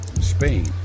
Spain